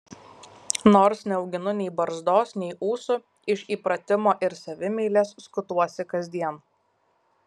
nors neauginu nei barzdos nei ūsų iš įpratimo ir savimeilės skutuosi kasdien